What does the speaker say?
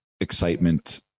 excitement